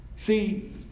See